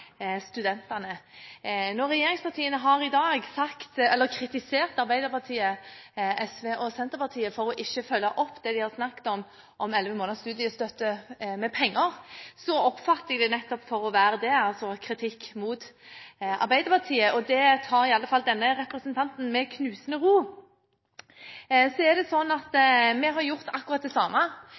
studentene. Når regjeringspartiene i dag har kritisert Arbeiderpartiet, SV og Senterpartiet for ikke å følge opp med penger til det de har snakket om, elleve måneders studiestøtte, så oppfatter jeg det nettopp som kritikk mot Arbeiderpartiet, og det tar i alle fall denne representanten med knusende ro. Vi har gjort akkurat det samme som Arbeiderpartiet har gjort – lagt inn elleve måneders studiestøtte, men det